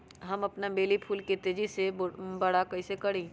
हम अपन बेली फुल के तेज़ी से बरा कईसे करी?